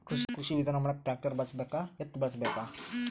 ಕೃಷಿ ವಿಧಾನ ಮಾಡಾಕ ಟ್ಟ್ರ್ಯಾಕ್ಟರ್ ಬಳಸಬೇಕ, ಎತ್ತು ಬಳಸಬೇಕ?